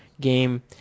game